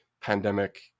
pandemic